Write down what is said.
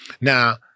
Now